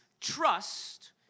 trust